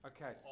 Okay